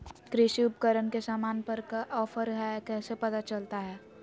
कृषि उपकरण के सामान पर का ऑफर हाय कैसे पता चलता हय?